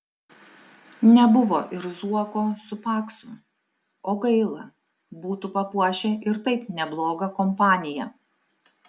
nebuvo ir zuoko su paksu o gaila būtų papuošę ir taip neblogą kompaniją